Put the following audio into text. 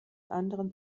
anderen